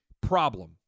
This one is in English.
problem